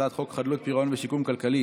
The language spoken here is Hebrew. הצעת חוק חדלות פירעון ושיקום כלכלי